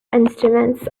instruments